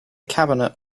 cabinet